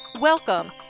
Welcome